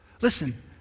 Listen